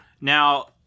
Now